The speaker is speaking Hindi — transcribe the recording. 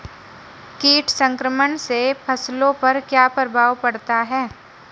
कीट संक्रमण से फसलों पर क्या प्रभाव पड़ता है?